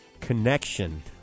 connection